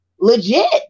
legit